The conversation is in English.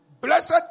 Blessed